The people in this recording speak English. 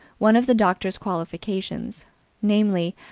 one of the doctor's qualifications namely,